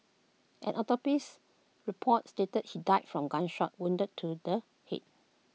an autopsy report stated he died from A gunshot wounded to the Head